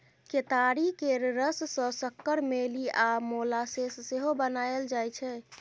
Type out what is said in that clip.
केतारी केर रस सँ सक्कर, मेली आ मोलासेस सेहो बनाएल जाइ छै